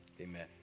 Amen